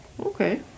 Okay